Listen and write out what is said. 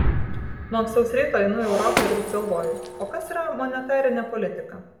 nuo ankstaus ryto einu į europą ir vis galvoju o kas yra monetarinė politika